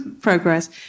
progress